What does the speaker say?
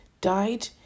died